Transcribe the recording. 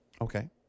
Okay